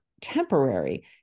temporary